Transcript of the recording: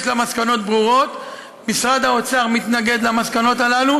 יש מסקנות ברורות ומשרד האוצר מתנגד למסקנות הללו